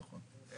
נכון.